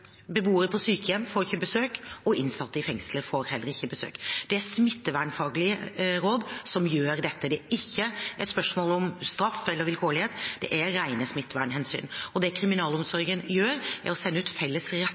Beboere på sykehjem får ikke besøk, og innsatte i fengsler får heller ikke besøk. Det er smittevernfaglige råd som gjør dette. Det er ikke et spørsmål om straff eller vilkårlighet, det er rene smittevernhensyn. Det kriminalomsorgen gjør, er å sende ut felles